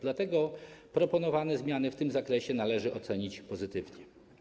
Dlatego proponowane zmiany w tym zakresie należy ocenić pozytywnie.